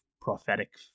prophetic